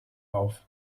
auf